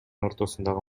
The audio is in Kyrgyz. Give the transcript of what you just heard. ортосундагы